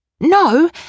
No